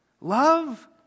Love